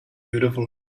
beautiful